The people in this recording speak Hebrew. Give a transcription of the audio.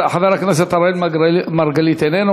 חבר הכנסת אראל מרגלית, איננו.